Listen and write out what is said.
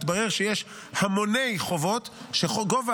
והתברר שיש המוני חובות שבהם גובה